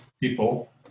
people